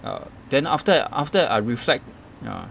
ya then after that after that I reflect ah